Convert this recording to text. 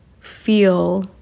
feel